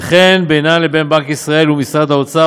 וכן בינן לבין בנק ישראל ומשרד האוצר